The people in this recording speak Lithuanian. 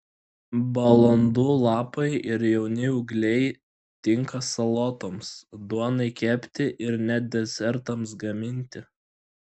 balandų lapai ir jauni ūgliai tinka salotoms duonai kepti ir net desertams gaminti